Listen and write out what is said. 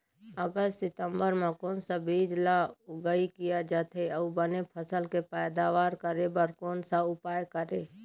अगस्त सितंबर म कोन सा बीज ला उगाई किया जाथे, अऊ बने फसल के पैदावर करें बर कोन सा उपाय करें?